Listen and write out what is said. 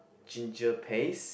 ginger paste